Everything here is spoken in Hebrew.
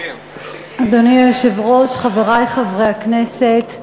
אדוני היושב-ראש, חברי חברי הכנסת,